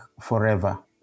forever